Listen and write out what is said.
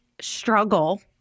struggle